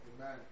Amen